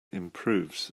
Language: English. improves